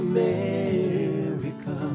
America